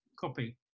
copy